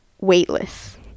weightless